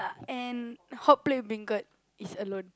and hotplate beancurd is alone